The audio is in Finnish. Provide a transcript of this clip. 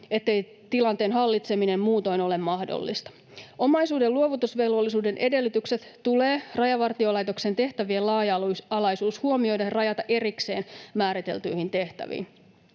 ettei tilanteen hallitseminen muutoin ole mahdollista. Omaisuuden luovutusvelvollisuuden edellytykset tulee Rajavartiolaitoksen tehtävien laaja-alaisuus huomioiden rajata erikseen määriteltyihin tehtäviin.